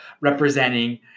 representing